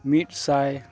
ᱢᱤᱫ ᱥᱟᱭ